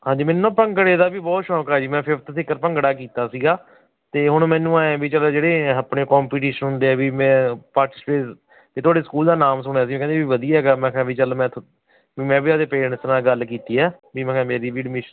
ਹਾਂਜੀ ਮੈਨੂੰ ਨਾ ਭੰਗੜੇ ਦਾ ਵੀ ਬਹੁਤ ਸ਼ੌਕ ਆ ਜੀ ਮੈਂ ਫਿਫਥ ਤੀਕਰ ਭੰਗੜਾ ਕੀਤਾ ਸੀਗਾ ਅਤੇ ਹੁਣ ਮੈਨੂੰ ਐਂ ਵੀ ਚਲੋ ਜਿਹੜੇ ਆਪਣੇ ਕੰਪੀਟੀਸ਼ਨ ਹੁੰਦੇ ਆ ਵੀ ਮੈਂ ਪਾਰਟੀਸੀਪੇਟ ਜੇ ਤੁਹਾਡੇ ਸਕੂਲ ਦਾ ਨਾਮ ਸੁਣਿਆ ਸੀ ਕਹਿੰਦੇ ਵੀ ਵਧੀਆ ਹੈਗਾ ਮੈਂ ਕਿਹਾ ਵੀ ਚੱਲ ਮੈਂ ਥ ਵੀ ਮੈਂ ਆਪਦੇ ਪੇਰੇਂਟਸ ਨਾਲ ਗੱਲ ਕੀਤੀ ਆ ਵੀ ਮੈਂ ਕਿਹਾ ਮੇਰੀ ਵੀ ਐਡਮਿਸ਼